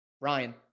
Ryan